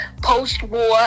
post-war